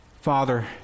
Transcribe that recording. Father